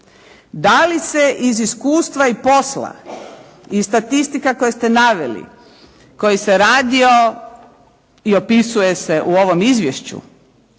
Da i se iz iskustva i posla i statistika koje ste naveli, koji se radio i opisuje se u ovom izvješću,